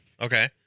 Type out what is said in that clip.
Okay